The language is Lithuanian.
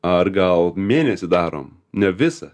ar gal mėnesį darom ne visą